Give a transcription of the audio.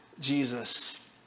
Jesus